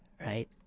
Right